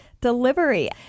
delivery